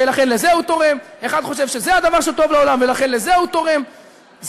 ולכן לזה הוא תורם,